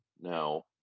now